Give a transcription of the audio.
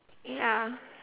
ya